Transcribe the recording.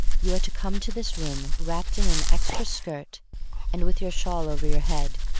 you are to come to this room wrapped in an extra skirt and with your shawl over your head.